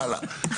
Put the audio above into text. הלאה.